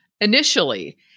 initially